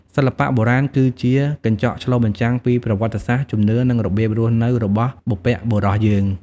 សិល្បៈបុរាណគឺជាកញ្ចក់ឆ្លុះបញ្ចាំងពីប្រវត្តិសាស្ត្រ ជំនឿ និងរបៀបរស់នៅរបស់បុព្វបុរសយើង។